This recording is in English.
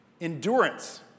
Endurance